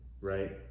right